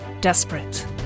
desperate